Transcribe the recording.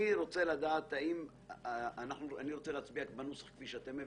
אני רוצה להצביע על הנוסח כפי שאתם הבאתם.